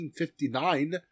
1959